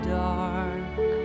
dark